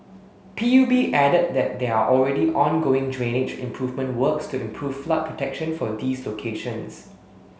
P U B added that there are already ongoing drainage improvement works to improve flood protection for these locations